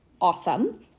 awesome